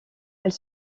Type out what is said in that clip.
elle